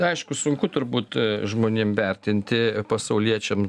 aišku sunku turbūt žmonėm vertinti pasauliečiam